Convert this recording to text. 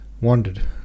wandered